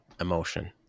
emotion